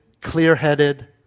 clear-headed